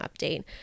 update